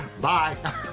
bye